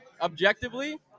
objectively